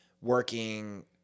working